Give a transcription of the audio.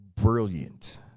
brilliant